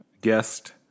Guest